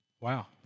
wow